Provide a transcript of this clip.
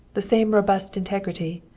the same robust integrity,